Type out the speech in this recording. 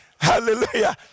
Hallelujah